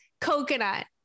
coconut